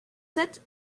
sept